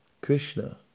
Krishna